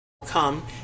come